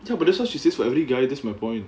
but that's what she says for every guy that's my point